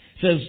says